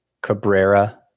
Cabrera